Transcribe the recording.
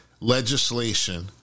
legislation